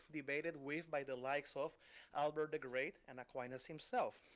debated with by the likes of albert the great and aquinas himself.